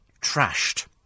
trashed